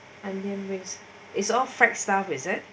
onion rings is all fried stuff is it